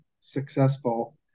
successful